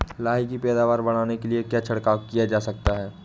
लाही की पैदावार बढ़ाने के लिए क्या छिड़काव किया जा सकता है?